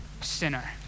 sinner